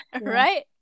Right